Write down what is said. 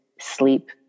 sleep